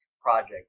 project